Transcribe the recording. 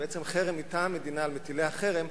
זה בעצם חרם מטעם מדינה על מטילי החרם.